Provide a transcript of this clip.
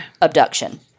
abduction